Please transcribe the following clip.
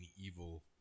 evil